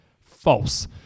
False